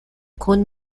kun